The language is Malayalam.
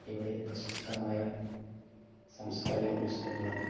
ഇവിടെ പ്രശസ്തമായ സാംസ്കാരിക ഉത്സവങ്ങളാണ്